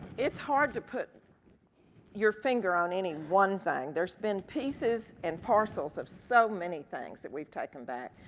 it's hard to put your finger on any one thing. there's been pieces and parcels of so many things that we've taken back.